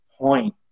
point